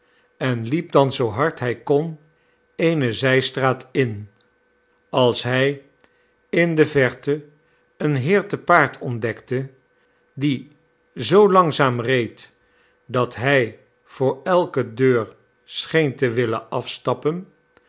en liep dan zoo hard hij kon eene zijstraat in als hij in de verte een heer te paard ontdekte die zoo langzaam reed dat hij voor elke deur scheen te willen afstappen